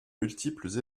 multiples